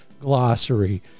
Glossary